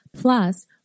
plus